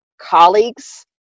colleagues